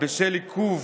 בשל עיכוב